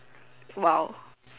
!wow!